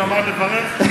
הוא למד לברך.